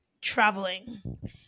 traveling